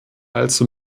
also